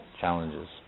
challenges